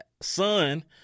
son